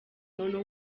umuntu